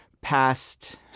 past